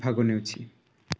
ଭାଗ ନେଉଛି